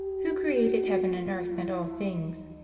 who created heaven and earth, and all things?